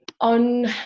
on